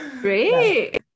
great